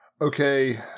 Okay